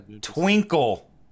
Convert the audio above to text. Twinkle